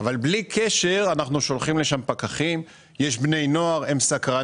אבל בלי קשר אנחנו שולחים לשם פקחים; יש בני נוער סקרנים,